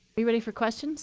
are you ready for questions